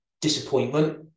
disappointment